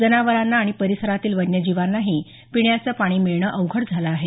जनावरांना आणि परिसरातील वन्य जीवांनाही पिण्याचे पाणी मिळणे अवघड झाले आहे